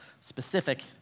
specific